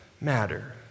matter